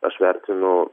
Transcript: aš vertinu